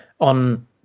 on